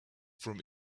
from